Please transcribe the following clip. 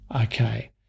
Okay